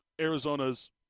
Arizona's